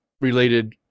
related